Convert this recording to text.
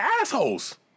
assholes